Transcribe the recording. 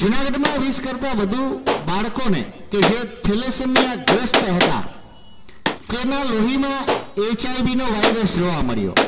જૂનાગઢમાં વીસ કરતાં વધુ બાળકોને કે જે થેલેસેમિયા ગ્રસ્ત હતાં તેના લોહીમાં એચઆઈવી નો વાઇરસ જોવા મળ્યો